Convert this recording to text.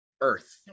Earth